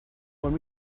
when